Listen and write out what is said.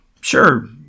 Sure